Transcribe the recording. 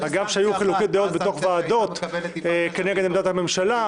אגב שהיו חילוקי דעות בתוך ועדות כנגד עמדת הממשלה.